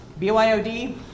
Byod